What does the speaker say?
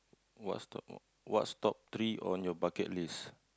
what's top what's top three on your bucket list